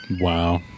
Wow